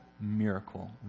miracle